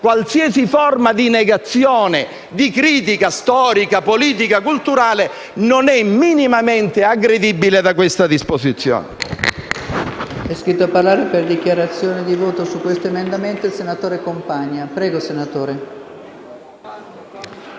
qualsiasi forma di negazione, di critica storica, politica, culturale, non è minimamente aggredibile da questa disposizione*.